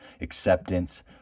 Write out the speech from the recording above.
acceptance